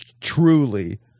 truly